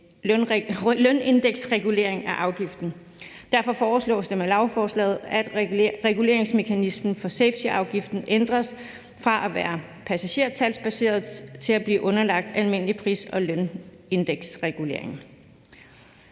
lønindeksregulering af afgiften. Derfor foreslås det med lovforslaget, at reguleringsmekanismen for safetyafgiften ændres fra at være passagertalsbaseret til at blive underlagt en almindelig pris- og lønindeksregulering.